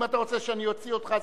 אם אתה רוצה שאני אוציא אותך,